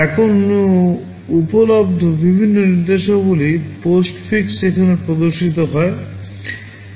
এখন উপলব্ধ বিভিন্ন নির্দেশাবলী পোস্টফিক্স এখানে প্রদর্শিত হয়